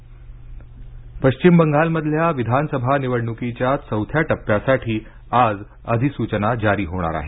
बंगाल अधिसचना पश्चिम बंगालमधल्या विधानसभा निवडणुकीच्या चौथ्या टप्प्यासाठी आज अधिसूचना जारी होणार आहे